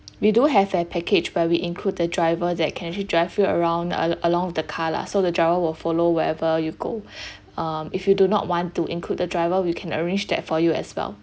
we do have a package where we include the driver that can actually drive you around al~ along with the car lah so the driver will follow wherever you go um if you do not want to include the driver we can arrange that for you as well